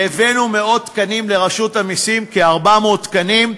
והבאנו מאות תקנים לרשות המסים, כ-400 תקנים,